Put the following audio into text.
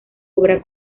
obra